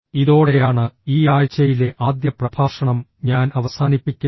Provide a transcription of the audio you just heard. ഇതോടെയാണ് ഈ ആഴ്ചയിലെ ആദ്യ പ്രഭാഷണം ഞാൻ അവസാനിപ്പിക്കുന്നത്